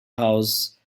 house